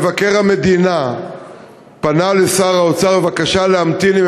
מבקר המדינה פנה לשר האוצר בבקשה להמתין עם